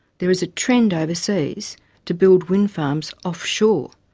there is a trend overseas to build wind farms offshore.